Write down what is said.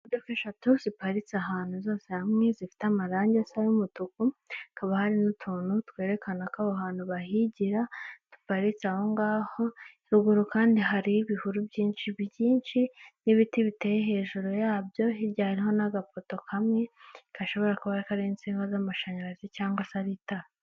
Imodoka eshatu ziparitse ahantu zose hamwe zifite amarange asa n'umutuku, hakaba hari n'utuntu twerekana ko aho hantu bahigira duparitse ahongaho, ruguru kandi hariyo ibihuru byinshi byinshi n'ibiti biteye hejuru yabyo, hirya hariyo n'agapoto kamwe gashobora kuba kariho insinga z'amashanyarazi cyangwa se ar'itara.